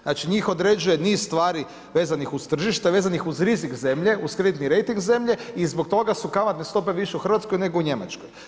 Znači njih određuje niz stvari vezanih uz tržište, vezanih uz rizik zemlje, uz kreditni rejting i zbog toga su kamatne stope više u Hrvatskoj nego u Njemačkoj.